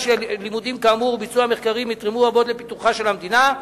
שלימודים כאמור וביצוע מחקרים יתרמו רבות לפיתוחה של המדינה,